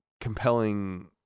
compelling